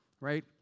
right